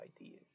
ideas